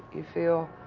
you feel,